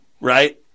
right